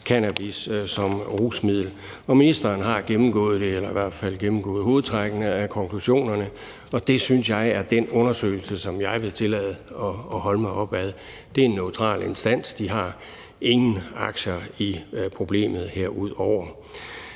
cannabis som rusmiddel. Ministeren har gennemgået det – eller har i hvert fald gennemgået hovedtræk af konklusionerne – og det synes jeg er den undersøgelse, som jeg vil tillade mig at læne mig op ad. Det er en neutral instans, de har ingen aktier i problemet herudover.